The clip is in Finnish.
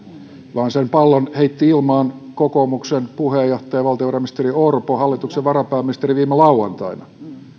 vaan sen pallon heitti ilmaan kokoomuksen puheenjohtaja valtiovarainministeri orpo hallituksen varapääministeri viime lauantaina